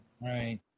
Right